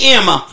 Emma